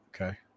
Okay